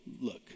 look